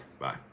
Bye